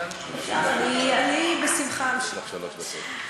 יש לך שלוש דקות.